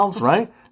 right